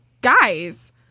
guys